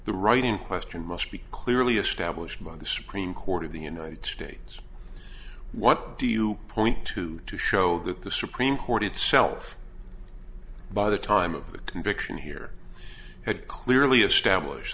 the right in question must be clearly established by the supreme court of the united states what do you point to to show that the supreme court itself by the time of the conviction here had clearly establish